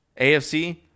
AFC